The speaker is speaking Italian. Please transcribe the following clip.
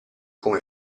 come